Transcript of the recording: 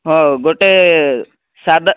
ହଉ ଗୋଟେ ସାଧା